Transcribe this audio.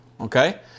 Okay